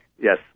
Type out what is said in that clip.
Yes